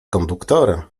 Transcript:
konduktora